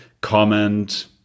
Comment